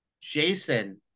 jason